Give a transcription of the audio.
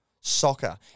soccer